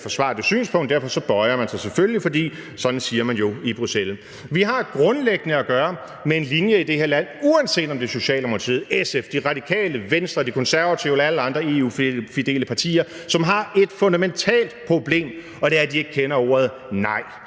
forsvare det synspunkt, og derfor bøjer man sig selvfølgelig, for sådan siger man jo i Bruxelles. Vi har grundlæggende at gøre med en linje i det her land, hvor der – uanset om det er Socialdemokratiet, SF, De Radikale, Venstre, De Konservative eller andre EU-fidele partier – er et fundamentalt problem. Og det er, at de ikke kender ordet nej.